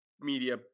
media